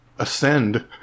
ascend